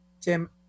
Tim